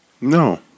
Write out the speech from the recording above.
No